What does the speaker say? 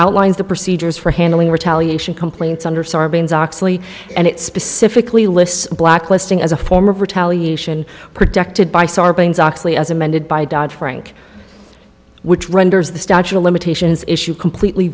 outlines the procedures for handling retaliation complaints under sarbanes oxley and it specifically lists blacklisting as a form of retaliation protected by sarbanes oxley as amended by dodd frank which renders the statute of limitations issue completely